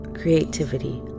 creativity